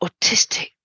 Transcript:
autistic